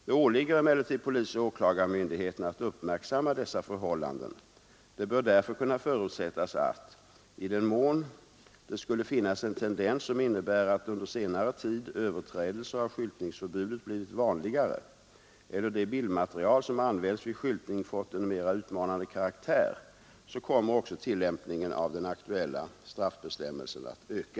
Det åligger emellertid polisoch åklagarmyndigheterna att uppmärksamma dessa förhållanden. Det bör därför kunna förutsättas att, i den mån det skulle finnas en tendens som innebär att under senare tid överträdelser av skyltningsförbudet blivit vanligare eller det bildmaterial som används vid skyltning fått en mera utmanande karaktär, så kommer också tillämpningen av den aktuella straffbestämmelsen att öka.